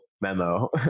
memo